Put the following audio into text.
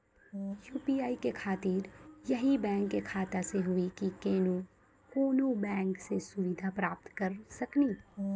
UPI के खातिर यही बैंक के खाता से हुई की कोनो बैंक से सुविधा प्राप्त करऽ सकनी?